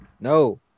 No